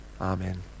amen